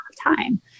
time